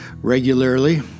regularly